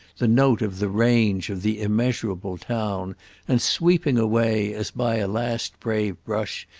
the note of the range of the immeasurable town and sweeping away, as by a last brave brush,